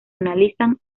analizan